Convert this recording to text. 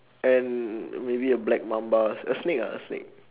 and maybe a black mamba a snake ah a snake